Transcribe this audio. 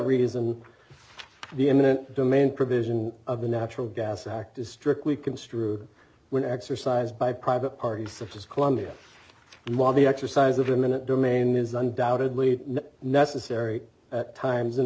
reason the eminent domain provision of the natural gas act is strictly construed when exercised by private party sophist columbia while the exercise of imminent domain is undoubtedly necessary at times in